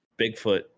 Bigfoot